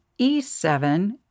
E7